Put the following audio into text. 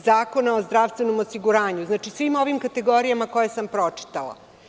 Zakona o zdravstvenom osiguranju, znači, svim ovim kategorijama koje sam pročitala.